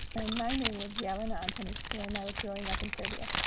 and my name was yelena antonic when i was growing up in serbia.